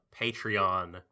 patreon